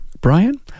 Brian